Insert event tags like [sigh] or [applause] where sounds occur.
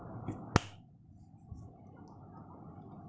[noise]